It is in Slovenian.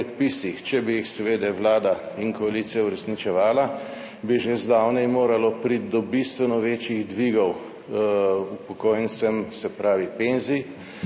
predpisih, če bi jih seveda Vlada in koalicija uresničevala, bi že zdavnaj moralo priti do bistveno večjih dvigov upokojencem, se pravi penzij,